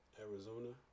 Arizona